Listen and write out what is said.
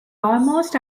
almost